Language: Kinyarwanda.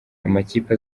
amakipe